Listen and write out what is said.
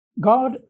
God